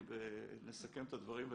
ונסכם את הדברים,